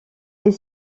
est